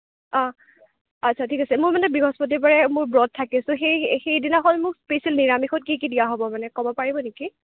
অঁ আচ্ছা ঠিক আছে মোৰ মানে বৃহস্পতিবাৰে মোৰ ব্ৰত থাকে চ' সেই সেইদিনাখন মোৰ স্পেচিয়েল নিৰামিষত কি কি দিয়া হ'ব মানে ক'ব পাৰিব নেকি